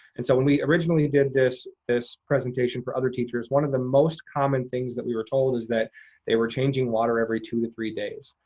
and so when we originally did this this presentation for other teachers, one of the most common things that we were told is that they were changing water every two or three days.